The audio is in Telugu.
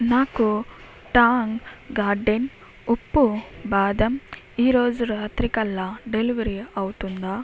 నాకు టాంగ్ గార్డెన్ ఉప్పు బాదం ఈరోజు రాత్రికల్లా డెలివరి అవుతుందా